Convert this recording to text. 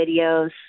videos